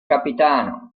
capitano